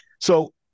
So-